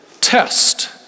test